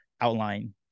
outline